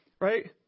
right